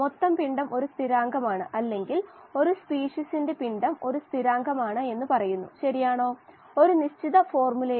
aerobic ജീവികൾക്ക് ആവശ്യമായ ഒരേയൊരു സ്ഥലം എന്നാൽ അത് അത്യന്താപേക്ഷിതമാണ്